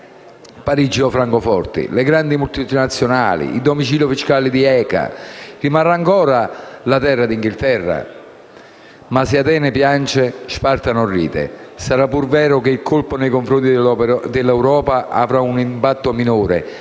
Parigi e Francoforte, le grandi multinazionali, il domicilio fiscale di FCA? Rimarrà ancora la terra d'Inghilterra? Ma se Atene piange, Sparta non ride. Sarà pur vero che il colpo nei confronti dell'Europa avrà un impatto minore,